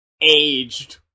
aged